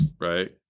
Right